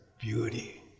Beauty